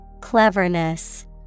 cleverness